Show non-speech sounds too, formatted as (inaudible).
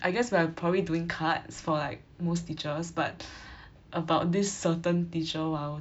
I guess we are probably doing cards for like most teachers but (breath) about this certain teacher !wah! 我